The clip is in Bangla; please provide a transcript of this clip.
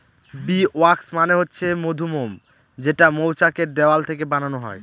বী ওয়াক্স মানে হচ্ছে মধুমোম যেটা মৌচাক এর দেওয়াল থেকে বানানো হয়